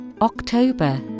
October